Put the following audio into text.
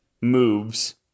moves